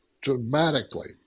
dramatically